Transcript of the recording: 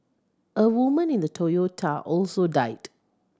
a woman in the Toyota also died